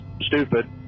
stupid